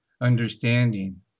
understanding